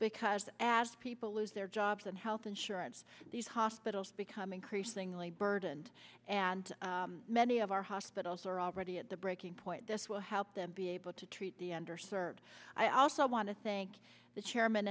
because as people lose their jobs and health insurance these hospitals become increasingly burdened and many of our hospitals are already at the breaking point this will help them be able to treat the under served i also want to thank the chairman